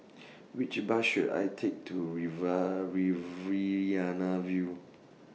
Which Bus should I Take to River View